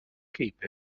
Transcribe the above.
keep